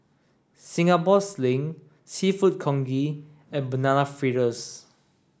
Singapore sling Seafood Congee and banana fritters